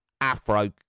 afro